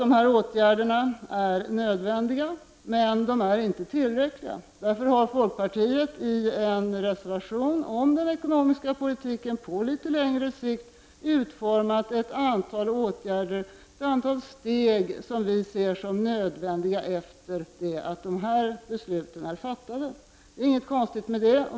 Dessa åtgärder är nödvändiga, men de är inte tillräckliga, och därför har folkpartiet i en reservation om den ekonomiska politiken på litet längre sikt utformat ett antal åtgärder, ett antal steg, som vi ser som nödvändiga efter det att dessa beslut är fattade. Det är inte något konstigt med det.